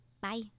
Bye